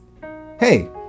Hey